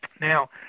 Now